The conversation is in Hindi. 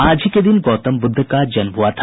आज ही के दिन गौतम ब्रद्ध का जन्म हुआ था